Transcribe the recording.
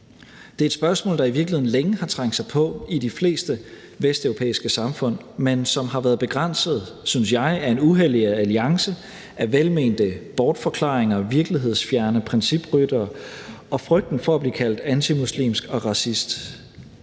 Det er et spørgsmål, der i virkeligheden længe har trængt sig på i de fleste vesteuropæiske samfund, men som har været begrænset, synes jeg, af en uhellig alliance af velmente bortforklaringer, virkelighedsfjerne principryttere og frygten for at blive kaldt antimuslimsk og racist.